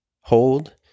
hold